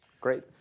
Great